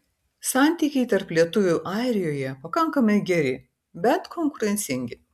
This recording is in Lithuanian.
santykiai tarp lietuvių airijoje pakankamai geri bet konkurencingi